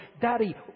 Daddy